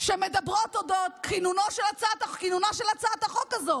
שמדברות על כינונה של הצעת החוק הזאת.